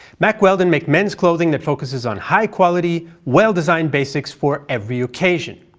mack wheldon make men's clothing that focuses on high quality, well designed basics for every occasion.